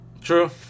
True